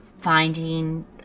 finding